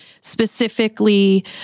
specifically